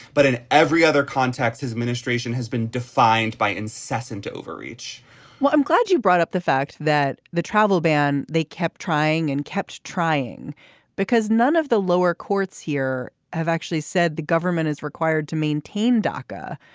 but in every other context his administration has been defined by incessant overreach well i'm glad you brought up the fact that the travel ban they kept trying and kept trying because none of the lower courts here have actually said the government is required to maintain dhaka.